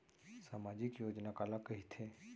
सामाजिक योजना काला कहिथे?